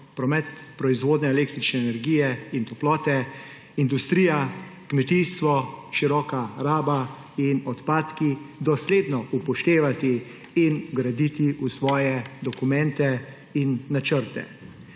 promet, proizvodnja električne energije in toplote, industrija, kmetijstvo, široka raba in odpadki, dosledno upoštevati in vgraditi v svoje dokumente in načrte.